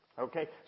Okay